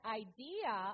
idea